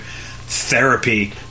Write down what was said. therapy